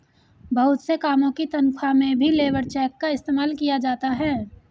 बहुत से कामों की तन्ख्वाह में भी लेबर चेक का इस्तेमाल किया जाता है